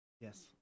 Yes